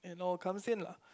you know comes in lah